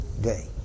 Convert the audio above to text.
day